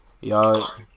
Y'all